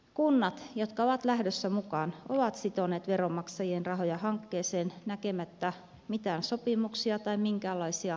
kunnat jotka ovat lähdössä mukaan ovat sitoneet veronmaksajien rahoja hankkeeseen näkemättä mitään sopimuksia tai minkäänlaisia riskianalyyseja